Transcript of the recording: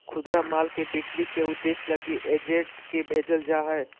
खुदरा माल के बिक्री के उद्देश्य लगी एजेंट के भेजल जा हइ